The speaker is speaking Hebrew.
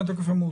5,000 7(א)(1)(ב)